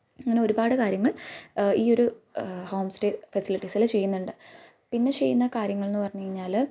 അങ്ങനെ ഒരുപാട് കാര്യങ്ങൾ ഈ ഒരു ഹോം സ്റ്റേ ഫെസിലിറ്റീസിൽ ചെയ്യുന്നുണ്ട് പിന്നെ ചെയ്യുന്ന കാര്യങ്ങളെന്നു പറഞ്ഞു കഴിഞ്ഞാൽ